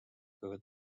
kui